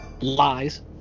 lies